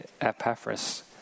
Epaphras